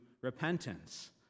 repentance